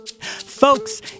Folks